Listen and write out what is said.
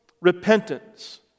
repentance